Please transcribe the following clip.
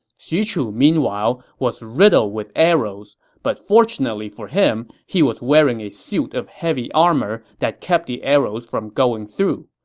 xu chu, meanwhile, was riddled with arrows, but fortunately for him, he was wearing a suit of heavy armor that kept the arrows from going through.